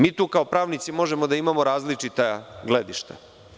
Mi tu kao pravnici možemo da imamo različita gledišta.